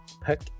pick